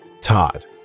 Todd